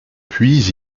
puis